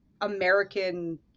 American